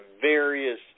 various